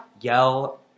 ...yell